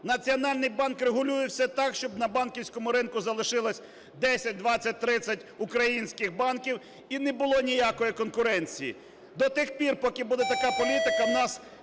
Національний банк регулює все так, щоб на банківському ринку залишилось 10, 20, 30 українських банків і не було ніякої конкуренції. До тих пір, поки буде така політика, у нас